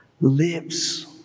lives